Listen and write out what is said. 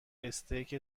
استیک